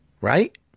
right